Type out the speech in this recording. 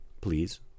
please